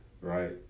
Right